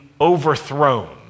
overthrown